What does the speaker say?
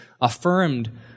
affirmed